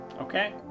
okay